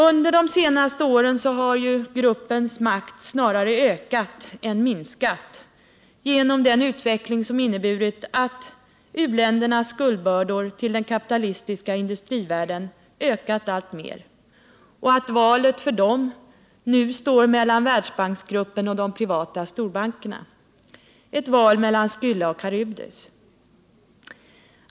Under de senaste åren har gruppens makt snarare ökat än minskat genom den utveckling som inneburit att u-ländernas skuldbördor gentemot den kapitalistiska industrivärlden ökat alltmer och att valet för u-länderna nu står mellan Världsbanksgruppen och de privata storbankerna, dvs. ett val mellan Skylla och Karybdis.